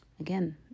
Again